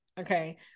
Okay